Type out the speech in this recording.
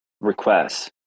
requests